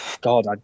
God